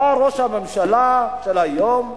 בא ראש הממשלה של היום,